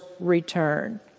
return